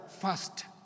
first